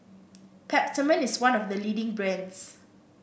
Peptamen is one of the leading brands